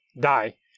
Die